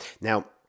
Now